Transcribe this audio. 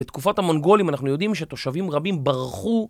בתקופת המונגולים אנחנו יודעים שתושבים רבים ברחו.